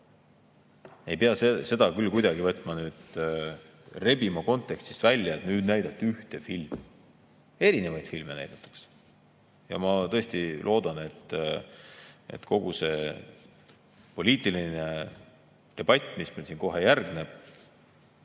Ei pea seda küll kuidagi rebima kontekstist välja, et nüüd näidati ühte filmi. Erinevaid filme näidatakse. Ma tõesti loodan, et kogu see poliitiline debatt, mis meil siin kohe järgneb,